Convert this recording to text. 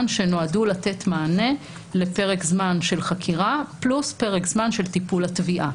שנועדו לתת מענה לפרק זמן של חקירה פלוס פרק זמן של טיפול התביעה.